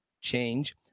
change